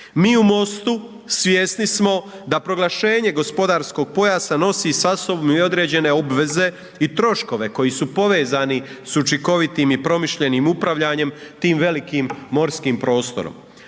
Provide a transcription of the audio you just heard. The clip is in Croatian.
Mi u MOSTU svjesni smo da proglašenje gospodarskog pojasa nosi sa sobom i određene obveze i troškove koji su povezani s učinkovitim i promišljenim upravljanjem tim velikim morskim prostorom,